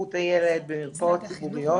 להתפתחות הילד, במרפאות ציבוריות.